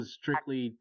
strictly